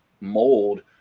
mold